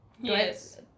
Yes